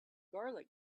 garlic